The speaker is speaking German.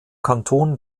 kanton